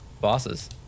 bosses